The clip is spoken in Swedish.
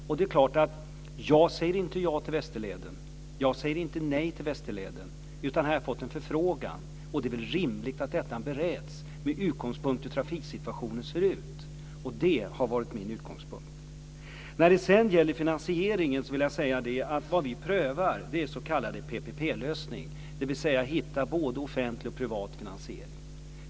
Och det är klart: Jag säger inte ja till Västerleden, och jag säger inte nej till Västerleden, utan jag har fått en förfrågan, och det är väl rimligt att detta bereds med utgångspunkt i hur trafiksituationen ser ut. Det har varit min utgångspunkt. När det sedan gäller finansieringen vill jag säga att vad vi prövar är en s.k. PPP-lösning, dvs. att hitta både offentlig och privat finansiering.